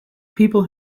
people